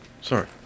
Sorry